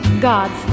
God's